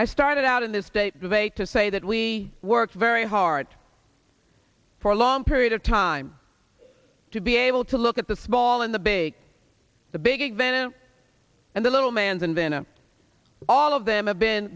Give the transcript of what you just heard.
i started out in this state today to say that we work very hard for a long period of time to be able to look at the small and the big the big ben and the little man's inventor all of them have been